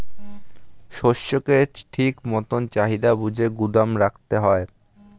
শস্যকে ঠিক মতন চাহিদা বুঝে গুদাম রাখতে হয়